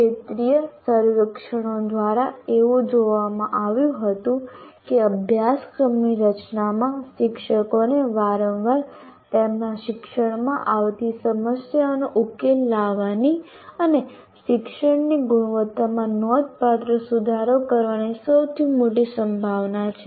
ક્ષેત્રીય સર્વેક્ષણો દ્વારા એવું જોવામાં આવ્યું હતું કે અભ્યાસક્રમની રચનામાં શિક્ષકોને વારંવાર તેમના શિક્ષણમાં આવતી સમસ્યાઓનો ઉકેલ લાવવાની અને શિક્ષણની ગુણવત્તામાં નોંધપાત્ર સુધારો કરવાની સૌથી મોટી સંભાવના છે